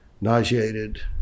nauseated